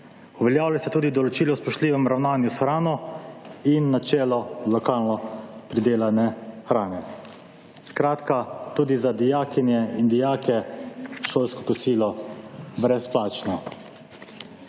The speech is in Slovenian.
Uveljavlja se tudi določilo o spoštljivem ravnanju s hrano in načelo lokalno pridelane hrane. Skratka, tudi za dijakinje in dijake šolsko kosilo brezplačno.